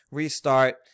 restart